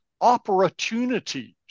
opportunities